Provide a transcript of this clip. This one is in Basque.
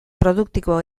produktibo